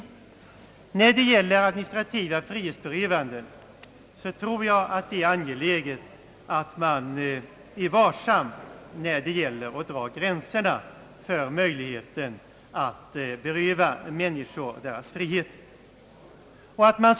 När det gäller frihetsberövanden tror jag att det är angeläget att man såvitt möjligt anger gränsen härför direkt i lagen.